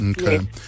Okay